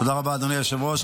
תודה רבה, אדוני היושב-ראש.